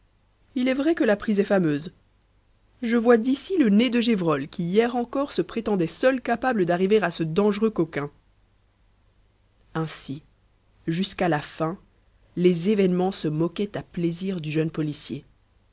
il est vrai que la prise est fameuse je vois d'ici le nez de gévrol qui hier encore se prétendait seul capable d'arriver à ce dangereux coquin ainsi jusqu'à la fin les événements se moquaient à plaisir du jeune policier